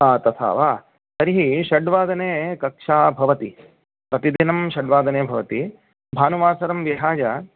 हा तथा वा तर्हि षड्वादने कक्षा भवाति प्रतिदिनं षड्वादने भवति भानुवासरं विहाय